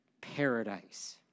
paradise